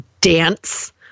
dance